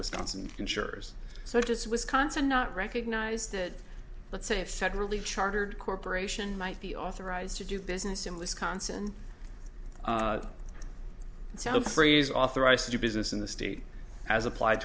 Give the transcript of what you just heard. wisconsin insurers so just wisconsin not recognize that let's say if federally chartered corporation might be authorized to do business in wisconsin so phrase authorized to do business in the state as applied